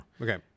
okay